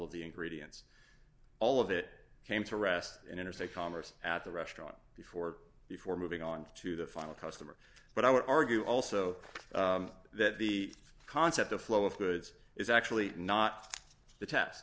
of the ingredients all of it came to rest in interstate commerce at the restaurant before before moving on to the final customer but i would argue also that the concept of flow of goods is actually not the test